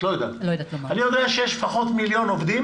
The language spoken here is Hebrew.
אני יודע שיש לפחות מיליון עובדים